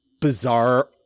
bizarre